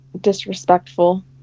disrespectful